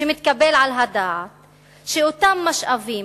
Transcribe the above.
שמתקבל על הדעת לזה שאותם משאבים,